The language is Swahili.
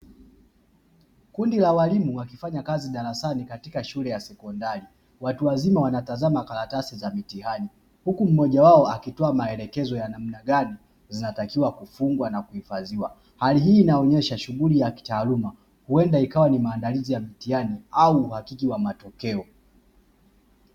Kundi la walimu wakifanya kazi darasani katika shule ya sekondari. Watu wazima wanatazama karatasi za mtihani huku mmojawao akitoa maelekezo ya namna gani zinatakiwa kufungwa na kuhifadhiwa. Hali hii inaonyesha shughuli ya kitaaluma, huenda ikawa ni maandalizi ya mitihani au uhakiki wa matokeo.